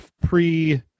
pre